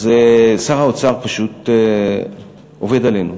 אז שר האוצר פשוט עובד עלינו,